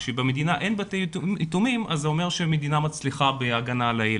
כשבמדינה אין בתי יתומים זה אומר שהמדינה מצליחה בהגנה על הילד.